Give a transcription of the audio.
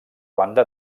banda